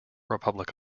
republic